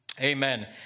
amen